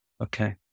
okay